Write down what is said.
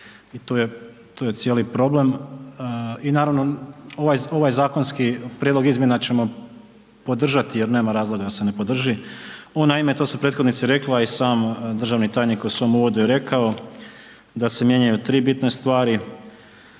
tu je cijeli problem i naravno ovaj zakonski prijedlog izmjena ćemo podržati jer nema razloga da se ne podrži. On naime, to su prethodnici rekli, a i sam državni tajnik u svom uvodu je rekao da se mijenjaju 3 bitne stvari